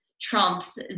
trumps